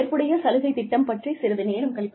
ஏற்புடைய சலுகை திட்டம் பற்றி சிறிது நேரம் கழித்து